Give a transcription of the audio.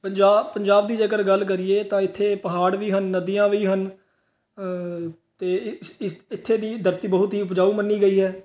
ਪੰਜਾ ਪੰਜਾਬ ਦੀ ਜੇਕਰ ਗੱਲ ਕਰੀਏ ਤਾਂ ਇੱਥੇ ਪਹਾੜ ਵੀ ਹਨ ਨਦੀਆਂ ਵੀ ਹਨ ਅਤੇ ਇੱਥੇ ਦੀ ਧਰਤੀ ਬਹੁਤ ਹੀ ਉਪਜਾਊ ਮੰਨੀ ਗਈ ਹੈ